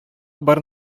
бар